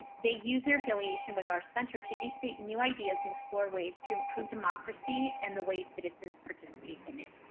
they use their affiliation with our center to incubate new ideas and explore ways to improve democracy, and the ways citizens participate in it.